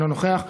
אינו נוכח,